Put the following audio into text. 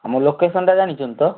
ଆମ ଲୋକେସନ୍ଟା ଜାଣିଛନ୍ତି ତ